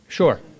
Sure